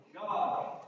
God